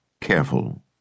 careful